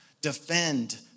defend